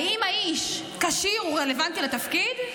האם האיש כשיר ורלוונטי לתפקיד?